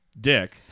dick